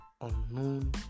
unknown